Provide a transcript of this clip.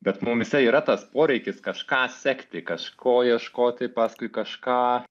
bet mumyse yra tas poreikis kažką sekti kažko ieškoti paskui kažką